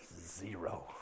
zero